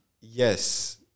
Yes